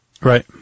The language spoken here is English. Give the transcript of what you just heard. Right